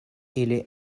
ili